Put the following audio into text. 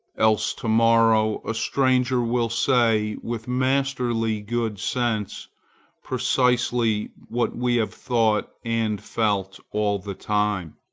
else to-morrow a stranger will say with masterly good sense precisely what we have thought and felt all the time,